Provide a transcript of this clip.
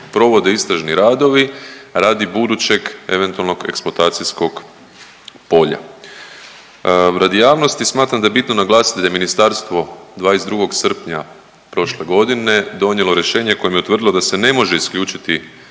provode istražni radovi radi budućeg eventualnog eksploatacijskog polja. Radi javnosti smatram da je bitno naglasiti da je Ministarstvo 22. srpnja prošle godine donijelo rješenje kojim je utvrdilo da se ne može isključiti